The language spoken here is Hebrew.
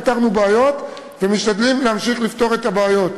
פתרנו בעיות ואנחנו משתדלים להמשיך לפתור את הבעיות.